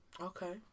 Okay